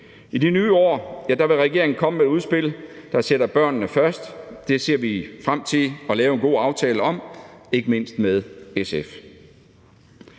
I det nye år vil regeringen komme med et udspil, der sætter børnene først. Det ser vi frem til at lave en god aftale om, ikke mindst med SF.